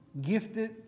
gifted